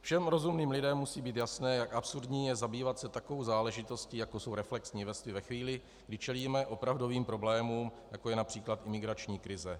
Všem rozumným lidem musí být jasné, jak absurdní je zabývat se takovou záležitostí, jako jsou reflexní vesty, ve chvíli, kdy čelíme opravdovým problémům, jako je např. imigrační krize.